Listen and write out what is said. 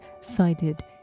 cited